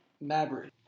Mabry